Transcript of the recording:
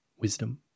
wisdom